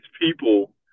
people